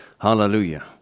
Hallelujah